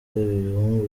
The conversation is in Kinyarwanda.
ibihugu